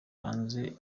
hanze